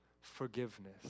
Forgiveness